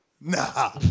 Nah